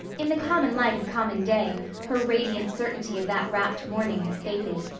in the common light of common day her radiant certainty of that rapt morning had faded.